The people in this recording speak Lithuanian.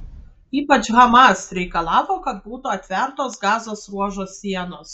ypač hamas reikalavo kad būtų atvertos gazos ruožo sienos